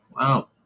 Wow